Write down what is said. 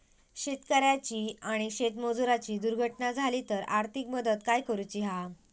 शेतकऱ्याची आणि शेतमजुराची दुर्घटना झाली तर आर्थिक मदत काय करूची हा?